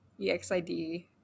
EXID